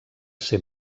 ser